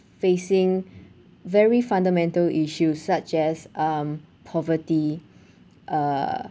facing very fundamental issues such as um poverty uh